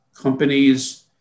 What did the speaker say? companies